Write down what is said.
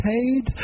paid